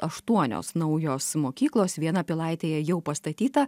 aštuonios naujos mokyklos viena pilaitėje jau pastatyta